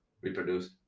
reproduce